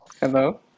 Hello